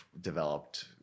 developed